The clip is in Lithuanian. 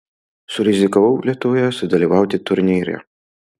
surizikavau lietuvoje sudalyvauti turnyre